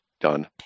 Done